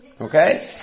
Okay